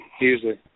usually